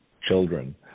children